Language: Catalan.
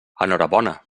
enhorabona